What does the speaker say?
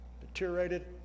deteriorated